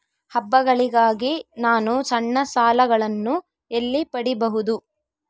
ಹಬ್ಬಗಳಿಗಾಗಿ ನಾನು ಸಣ್ಣ ಸಾಲಗಳನ್ನು ಎಲ್ಲಿ ಪಡಿಬಹುದು?